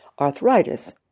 arthritis